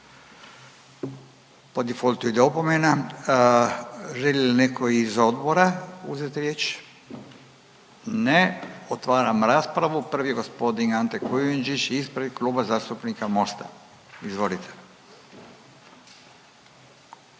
po difoltu ide opomena. Želi li netko iz odbora uzeti riječ? Ne. Otvaram raspravu, prvi je g. Ante Kujundžić ispred Kluba zastupnika Mosta, izvolite.